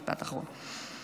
משפט אחרון.